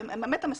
הם באמת המסוכנים.